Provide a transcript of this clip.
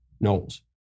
Knowles